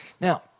Now